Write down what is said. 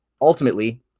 Ultimately